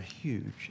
huge